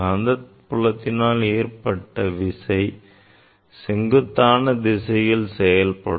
காந்தப் புலத்தினால் ஏற்பட்ட விசை செங்குத்தான திசையில் செயல்படும்